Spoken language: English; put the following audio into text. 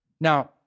Now